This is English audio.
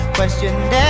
Questioned